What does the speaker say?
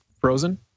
Frozen